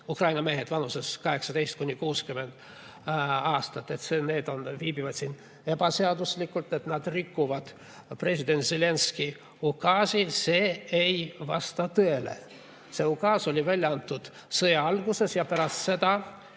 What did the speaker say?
Ukraina mehed vanuses 18–60 aastat, nad viibivad siin ebaseaduslikult ja rikuvad president Zelenskõi ukaasi, ei vasta tõele. See ukaas oli välja antud sõja alguses. Pärast seda,